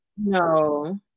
No